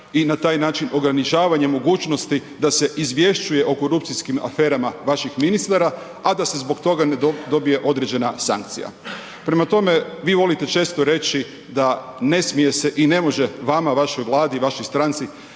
i na taj način ograničavanje mogućnosti da se izvješćuje o korupcijskim aferama vaših ministara, a da se zbog toga ne dobije određena sankcija. Prema tome, vi volite često reći da ne smije se i ne može vama, vašoj Vladi, vašoj stranci